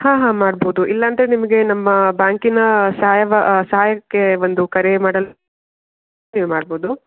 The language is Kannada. ಹಾಂ ಹಾಂ ಮಾಡ್ಬೋದು ಇಲ್ಲಾಂದರೆ ನಿಮಗೆ ನಮ್ಮ ಬ್ಯಾಂಕಿನ ಸಹಾಯವಾ ಸಹಾಯಕ್ಕೆ ಒಂದು ಕರೆ ಮಾಡಲು ಮಾಡ್ಬೋದು